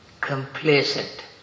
complacent